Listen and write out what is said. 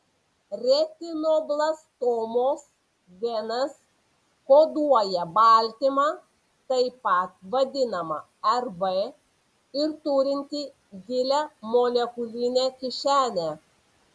retinoblastomos genas koduoja baltymą taip pat vadinamą rb ir turintį gilią molekulinę kišenę